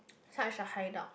such a hide out